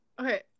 okay